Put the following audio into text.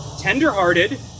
tenderhearted